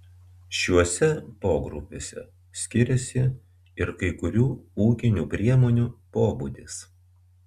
šiuose pogrupiuose skiriasi ir kai kurių ūkinių priemonių pobūdis